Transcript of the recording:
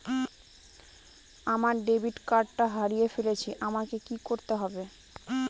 আমার ডেবিট কার্ডটা হারিয়ে ফেলেছি আমাকে কি করতে হবে?